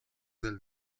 del